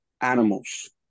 animals